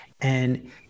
And-